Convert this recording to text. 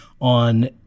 on